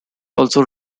also